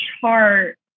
chart